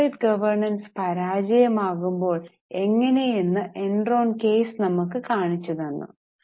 corporate governance പരാജയമാകുമ്പോൾ എങ്ങനെ എന്ന് എൻറോൺ കേസ് നമുക് കാണിച്ചു തന്നു